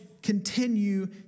Continue